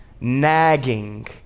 nagging